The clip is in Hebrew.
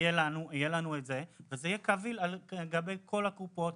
יהיה לנו את זה, וזה יהיה קביל לגבי כל הקופות.